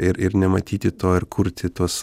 ir ir nematyti to ir kurti tuos